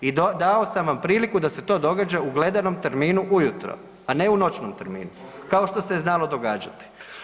I dao sam vam priliku da se to događa u gledanom terminu ujutro, a ne u noćnom terminu kao što se je znalo događati.